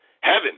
heaven